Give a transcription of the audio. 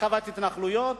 הרחבת התנחלויות,